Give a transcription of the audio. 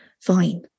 fine